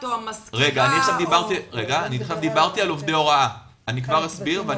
עכשיו דיברתי על עובדי הוראה, אני כבר אסביר.